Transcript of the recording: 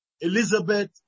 Elizabeth